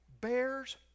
bears